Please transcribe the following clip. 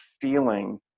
feeling